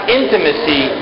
intimacy